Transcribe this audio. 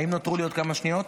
האם נותרו לי עוד כמה שניות?